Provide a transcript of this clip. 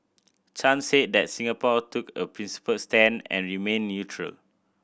Chan said that Singapore took a principled stand and remained neutral